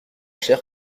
chers